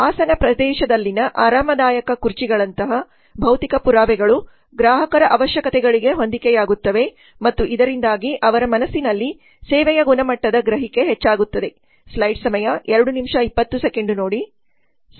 ಆಸನ ಪ್ರದೇಶದಲ್ಲಿನ ಆರಾಮದಾಯಕ ಕುರ್ಚಿಗಳಂತಹ ಭೌತಿಕ ಪುರಾವೆಗಳು ಗ್ರಾಹಕರ ಅವಶ್ಯಕತೆಗಳಿಗೆ ಹೊಂದಿಕೆಯಾಗುತ್ತವೆ ಮತ್ತು ಇದರಿಂದಾಗಿ ಅವರ ಮನಸ್ಸಿನಲ್ಲಿ ಸೇವೆಯ ಗುಣಮಟ್ಟದ ಗ್ರಹಿಕೆ ಹೆಚ್ಚಾಗುತ್ತದೆ